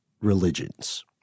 religions